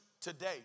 today